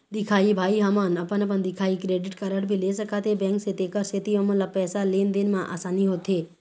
दिखाही भाई हमन अपन अपन दिखाही क्रेडिट कारड भी ले सकाथे बैंक से तेकर सेंथी ओमन ला पैसा लेन देन मा आसानी होथे?